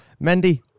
Mendy